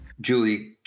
Julie